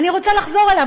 אני רוצה לחזור אליו,